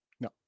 no